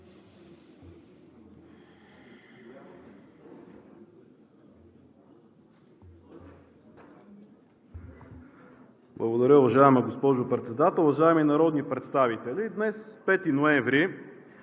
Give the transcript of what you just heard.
Благодаря. Уважаема госпожо Председател, уважаеми народни представители! Днес, 5 ноември,